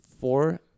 Four